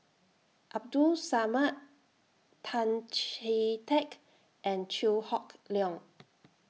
Abdul Samad Tan Chee Teck and Chew Hock Leong